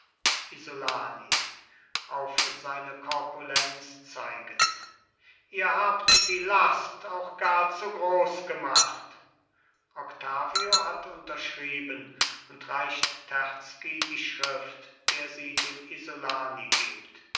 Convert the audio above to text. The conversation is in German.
isolani auf seine korpulenz zeigend ihr habt die last auch gar zu groß gemacht octavio hat unterschrieben und reicht terzky die schrift der sie dem isolani gibt